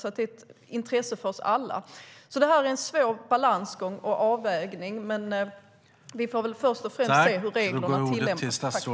Det är alltså ett intresse för oss alla.